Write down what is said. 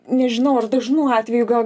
nežinau ar dažnu atveju gal